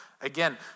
Again